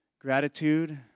gratitude